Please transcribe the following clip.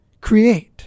create